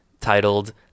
titled